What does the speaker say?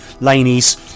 Laney's